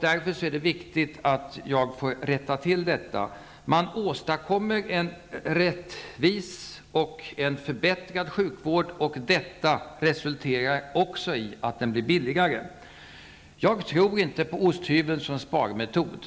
Därför är det viktigt att jag får rätta till detta. Med våra förslag åstadkommer man en rättvis och förbättrad sjukvård, som också blir billigare. Jag tror inte på osthyvelmetoden som sparmetod.